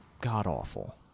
god-awful